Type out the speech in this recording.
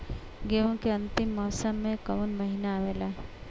गेहूँ के अंतिम मौसम में कऊन महिना आवेला?